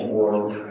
world